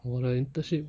我的 internship